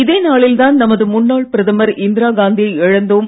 இதே நாளில்தான் நமது முன்னாள் பிரதமர் இந்திரா காந்தியை இழந்தோம்